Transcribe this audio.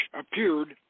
appeared